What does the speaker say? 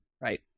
right